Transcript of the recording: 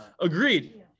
Agreed